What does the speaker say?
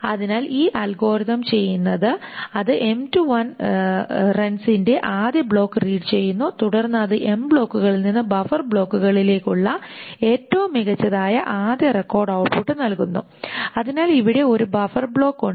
അതിനാൽ ഈ അൽഗോരിതം ചെയ്യുന്നത് അത് റൺസിന്റെ ആദ്യ ബ്ലോക്ക് റീഡ് ചെയ്യുന്നു തുടർന്ന് അത് ബ്ലോക്കുകളിൽ നിന്ന് ബഫർ ബ്ലോക്കുകളിലേക്കുള്ള ഏറ്റവും മികച്ചതായ ആദ്യ റെക്കോർഡ് ഔട്ട്പുട്ട് നൽകുന്നു അതിനാൽ അവിടെ ഒരു ബഫർ ബ്ലോക്ക് ഉണ്ട്